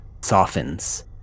softens